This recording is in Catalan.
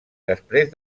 després